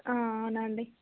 అవునండి